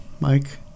Mike